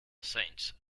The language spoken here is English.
saints